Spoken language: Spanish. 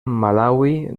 malaui